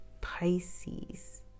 Pisces